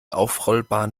aufrollbaren